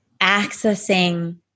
accessing